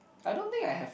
I don't think I have